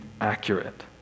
accurate